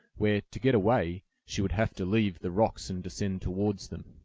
where, to get away, she would have to leave the rocks and descend towards them.